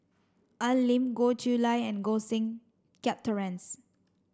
Al Lim Goh Chiew Lye and Koh Seng Kiat Terence